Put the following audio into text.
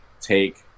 take